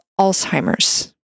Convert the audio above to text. Alzheimer's